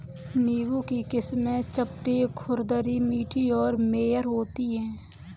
नींबू की किस्में चपटी, खुरदरी, मीठी और मेयर होती हैं